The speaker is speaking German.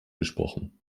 gesprochen